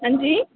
हां जी